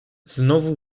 znowu